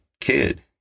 kid